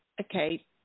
okay